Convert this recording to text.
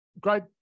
great